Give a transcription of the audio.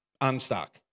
unstuck